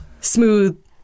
smooth